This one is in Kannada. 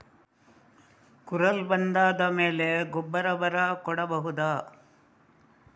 ಕುರಲ್ ಬಂದಾದ ಮೇಲೆ ಗೊಬ್ಬರ ಬರ ಕೊಡಬಹುದ?